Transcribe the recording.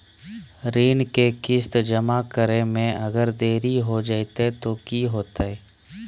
ऋण के किस्त जमा करे में अगर देरी हो जैतै तो कि होतैय?